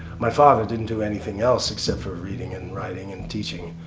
my father didn't do anything else except for reading and writing and teaching.